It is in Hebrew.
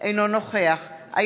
אינו נוכח משולם נהרי,